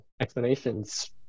explanations